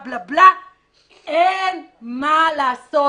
אין מה לעשות,